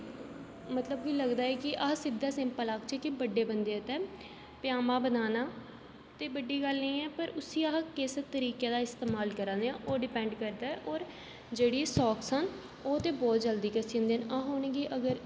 मतलब कि लगदा ऐ कि अस सिद्धा सिंपल आखचै कि बड्डे बंदे आस्तै पजामा बनाना ते बड्डी गल्ल निं ऐ पर उसी अस किस तरीके दा इस्तेमाल करा दे आं ओह् डिपेंड करदा ऐ होर जेह्ड़ी साॅक्सां न ओह् ते बहोत जल्दी घस्सी जंदियां न अस उ'नें गी अगर